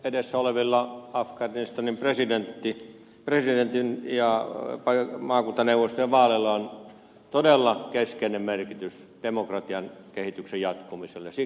edessä olevilla afganistanin presidentin ja maakuntaneuvostojen vaaleilla on todella keskeinen merkitys demokratian kehityksen jatkumiselle